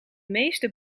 meeste